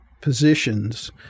positions